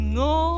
no